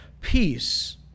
peace